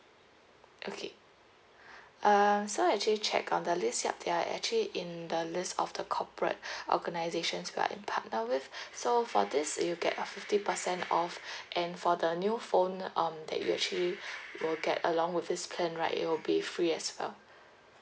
okay uh so I actually checked on the list yup they are actually in the list of the corporate organisations we are in partner with so for this you'll get a fifty percent off and for the new phone um that you actually will get along with this plan right it will be free as well